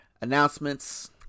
announcements